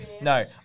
no